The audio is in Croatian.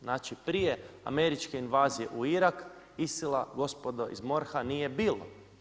Znači prije američke invazije u Irak ISIL-a gospodo iz MORH-a nije bilo.